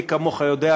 מי כמוך יודע,